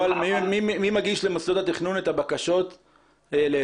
מי מגיש למוסדות התכנון את הבקשות להיתר?